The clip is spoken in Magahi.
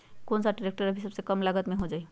कौन सा ट्रैक्टर अभी सबसे कम लागत में हो जाइ?